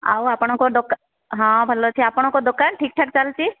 ଆଉ ଆପଣଙ୍କ ଦୋକା ହଁ ଭଲ ଅଛି ଆପଣଙ୍କ ଦୋକାନ ଠିକ୍ ଠାକ୍ ଚାଲିଛି